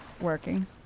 working